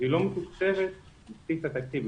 והיא לא מתוקצבת בבסיס התקציב,